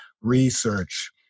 research